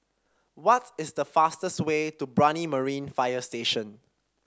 what is the fastest way to Brani Marine Fire Station